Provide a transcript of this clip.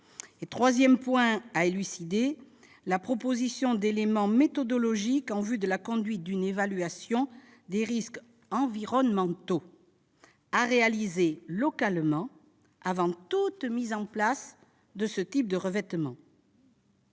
chimiques ; la proposition d'éléments méthodologiques en vue de la conduite d'une évaluation des risques environnementaux à réaliser localement, avant toute mise en place de ce type de revêtement.